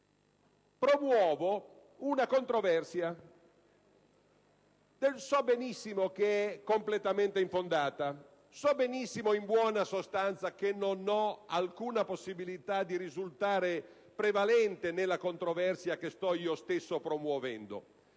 Promuovo una controversia. So benissimo che è completamente infondata, so benissimo, in buona sostanza, che non ho alcuna possibilità di risultare prevalente nella controversia che sto promuovendo,